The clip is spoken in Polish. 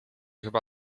chyba